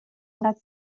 انقدر